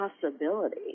possibility